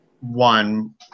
one